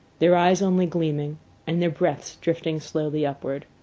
their eyes only gleaming and their breaths drifting slowly upward.